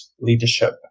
leadership